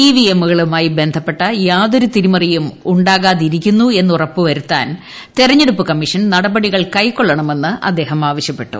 ഇവിഎമ്മുകളുമായി ബന്ധപ്പെട്ട യാതൊരു തിരിമറിയും ഉണ്ടാകാതിരിക്കുന്നു എന്നുറപ്പാക്കാൻ തെരഞ്ഞെടുപ്പ് കമ്മീഷൻ നടപടികൃശ്ശൂർ കൈകൊള്ളണമെന്ന് അദ്ദേഹം ആവശ്യപ്പെട്ടു